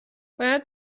باید